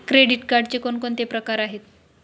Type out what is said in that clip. Credit कार्डचे कोणकोणते प्रकार आहेत?